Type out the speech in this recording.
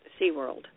SeaWorld